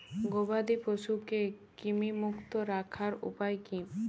গবাদি পশুকে কৃমিমুক্ত রাখার উপায় কী?